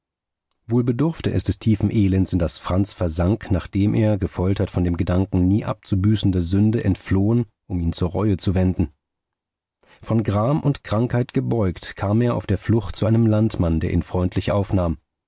wohl bedurfte es des tiefen elends in das franz versank nachdem er gefoltert von dem gedanken nie abzubüßender sünde entflohen um ihn zur reue zu wenden von gram und krankheit gebeugt kam er auf der flucht zu einem landmann der ihn freundlich aufnahm